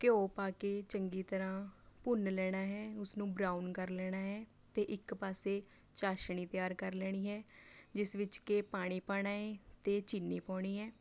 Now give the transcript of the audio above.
ਘਿਓ ਪਾ ਕੇ ਚੰਗੀ ਤਰ੍ਹਾਂ ਭੁੰਨ ਲੈਣਾ ਹੈ ਉਸਨੂੰ ਬਰਾਊਨ ਕਰ ਲੈਣਾ ਹੈ ਅਤੇ ਇੱਕ ਪਾਸੇ ਚਾਸ਼ਣੀ ਤਿਆਰ ਕਰ ਲੈਣੀ ਹੈ ਜਿਸ ਵਿੱਚ ਕਿ ਪਾਣੀ ਪਾਉਣਾ ਏ ਅਤੇ ਚੀਨੀ ਪਾਉਣੀ ਹੈ